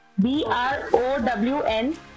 B-R-O-W-N